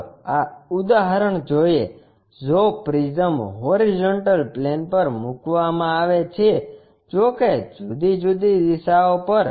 ચાલો આ ઉદાહરણ જોઈએ જો પ્રિઝમ હોરીઝોન્ટલ પ્લેન પર મૂકવામાં આવે છે જો કે જુદી જુદી દિશાઓ પર